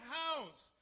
house